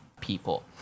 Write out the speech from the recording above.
people